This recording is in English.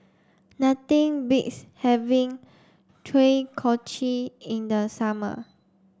nothing beats having Kochi in the summer